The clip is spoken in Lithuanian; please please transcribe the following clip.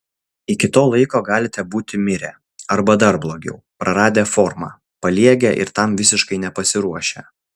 iki to laiko galite būti mirę arba dar blogiau praradę formą paliegę ir tam visiškai nepasiruošę